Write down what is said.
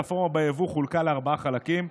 הרפורמה ביבוא חולקה לארבעה חלקים,